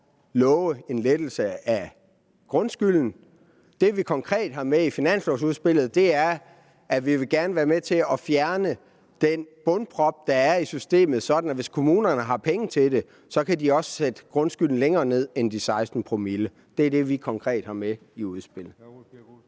love en lettelse af grundskylden. Det, vi konkret har med i finanslovsudspillet, er, at vi gerne vil være med til at fjerne den bundprop, der er i systemet, sådan at hvis kommunerne har penge til det, kan de også sætte grundskylden længere ned end de 16‰. Det er det, vi konkret har med i udspillet.